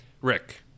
Rick